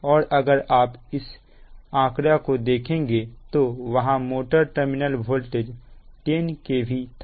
और अगर आप उस आंकड़ा को देखेंगे तो वहां मोटर टर्मिनल वोल्टेज 10 KV था